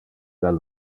del